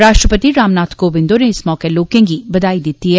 राष्ट्र ति रामनाथ कोविंद होरं इस मौके लोकें गी बधाई दिती ऐ